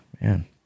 Man